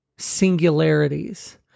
singularities